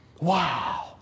Wow